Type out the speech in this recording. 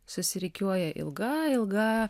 susirikiuoja ilga ilga